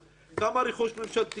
כמה רכוש ממשלתי יש,